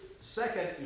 second